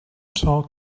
talk